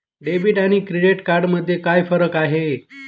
Debit आणि credit card मध्ये काय फरक आहे?